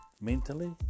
mentally